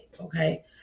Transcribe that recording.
okay